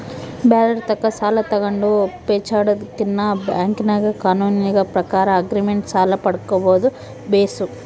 ಬ್ಯಾರೆರ್ ತಾಕ ಸಾಲ ತಗಂಡು ಪೇಚಾಡದಕಿನ್ನ ಬ್ಯಾಂಕಿನಾಗ ಕಾನೂನಿನ ಪ್ರಕಾರ ಆಗ್ರಿಮೆಂಟ್ ಸಾಲ ಪಡ್ಕಂಬದು ಬೇಸು